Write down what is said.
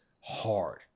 hard